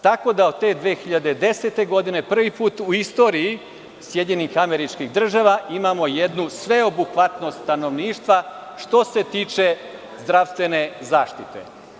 Tako da od te 2010. godine, prvi put u istoriji SAD imamo jednu sveobuhvatnost stanovništva, što se tiče zdravstvene zaštite.